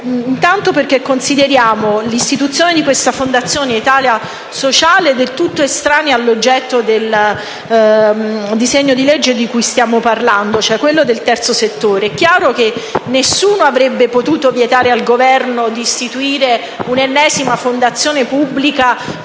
In primo luogo consideriamo l'istituzione della Fondazione Italia sociale del tutto estranea all'oggetto del disegno di legge in esame, che riguarda il terzo settore. È chiaro che nessuno avrebbe potuto vietare al Governo di istituire l'ennesima fondazione pubblica,